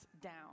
down